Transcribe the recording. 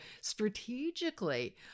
strategically